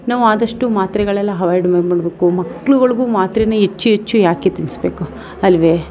ನಾವು ಆದಷ್ಟು ಮಾತ್ರೆಗಳೆಲ್ಲ ಹವೈಡ್ ಮಾಡಬೇಕು ಮಕ್ಕಳುಗಳಿಗೂ ಮಾತ್ರೆಯನ್ನು ಹೆಚ್ಚು ಹೆಚ್ಚು ಯಾಕೆ ತಿನ್ನಿಸ್ಬೇಕು ಅಲ್ಲವೇ